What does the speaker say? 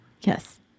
Yes